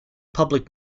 public